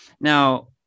now